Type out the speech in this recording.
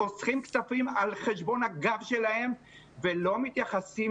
חוסכים כספים על חשבון הגב שלהם ולא מתייחסים